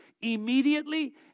Immediately